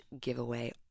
giveaway